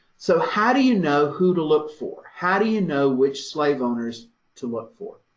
so how do you know who to look for? how do you know which slave owners to look for?